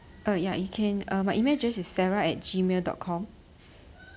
uh ya you can uh my email address is sarah at G mail dot com